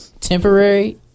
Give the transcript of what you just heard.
temporary